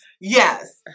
Yes